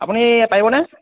আপুনি পাৰিবনে